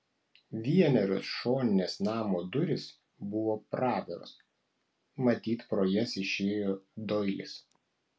vienerios šoninės namo durys buvo praviros matyt pro jas išėjo doilis